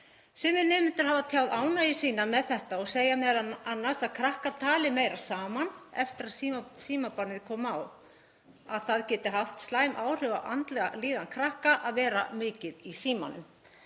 Sumir nemendur hafa tjáð ánægju sína með þetta og segja m.a. að krakkar tali meira saman eftir að símabannið komst á og að það geti haft slæm áhrif á andlega líðan krakka að vera mikið í símanum.